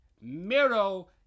Miro